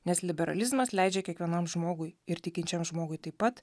nes liberalizmas leidžia kiekvienam žmogui ir tikinčiam žmogui taip pat